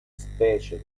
specie